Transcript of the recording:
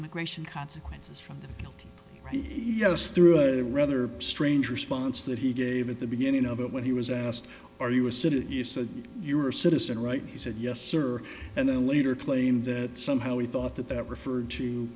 immigration consequences for us through a rather strange response that he gave at the beginning of it when he was asked are you a city you said you were a citizen right he said yes sir and then later claimed that somehow he thought that that referred to